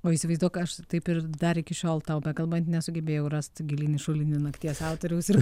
o įsivaizduok aš taip ir dar iki šiol tau bekalbant nesugebėjau rasti gilyn į šulinį nakties autoriaus ir